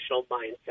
mindset